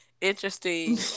interesting